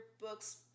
books